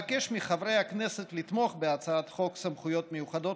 אבקש מחברי הכנסת לתמוך בהצעת חוק סמכויות מיוחדות